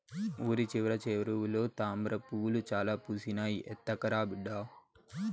ఊరి చివర చెరువులో తామ్రపూలు చాలా పూసినాయి, ఎత్తకరా బిడ్డా